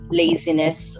laziness